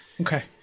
Okay